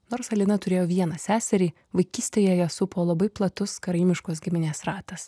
nors halina turėjo vieną seserį vaikystėje ją supo labai platus karaimiškos giminės ratas